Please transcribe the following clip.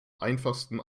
einfachsten